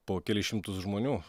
po kelis šimtus žmonių